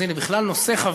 אז הנה, בכלל נושא חביב,